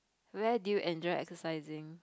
where do you enjoy exercising